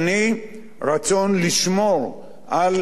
רצון לשמור על הצמיחה,